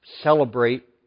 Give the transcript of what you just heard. celebrate